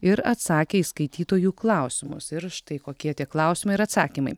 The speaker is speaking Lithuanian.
ir atsakė į skaitytojų klausimus ir štai kokie tie klausimai ir atsakymai